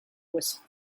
was